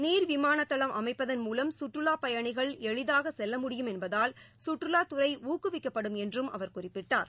நீர் விமானதளம் அமைப்பதன் மூலம் கற்றுலாப் பயணிகள் எளிதாகசெல்ல முடியும் என்பதால் சுற்றுவாத்துறைஊக்குவிக்கப்படும் என்றும் அவர் குறிப்பிட்டார்